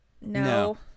no